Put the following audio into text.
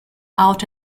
out